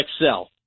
excel